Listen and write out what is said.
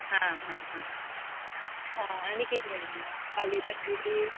आं हां हां हां आनी कितें आयल्या पालये भाजी बी